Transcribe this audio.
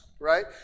right